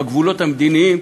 בגבולות המדיניים,